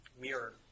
Mirror